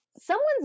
Someone's